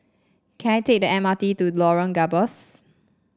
can I take the M R T to Lorong Gambas